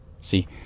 See